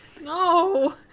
no